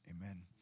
amen